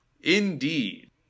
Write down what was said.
Indeed